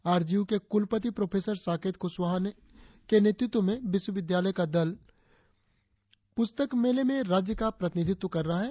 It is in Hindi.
आर जी यू के कुलपति प्रोफेसर साकेत कुशवाहा के नेतृत्व में विश्वविद्यालय का दल प्रस्तक मेले में राज्य का प्रतिनिधित्व कर रहा है